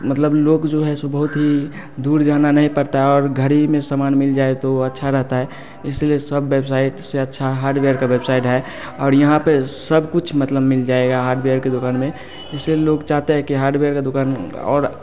मतलब लोग जो है सो बहुत ही दूर जाना नहीं पड़ता और घड़ी में सामान मिल जाए तो अच्छा रहता है इसलिए सब बेबसाइट से अच्छा हार्डवेयर का वेबसाइट है और यहाँ पे सब कुछ मतलब मिल जाएगा हार्डवेयर की दुकान में इसलिए लोग चाहते हैं कि हार्डवेयर की दुकान और